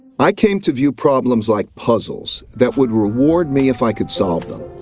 i came to view problems like puzzles that would reward me if i could solve them.